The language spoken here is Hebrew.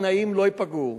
התנאים לא ייפגעו.